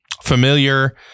familiar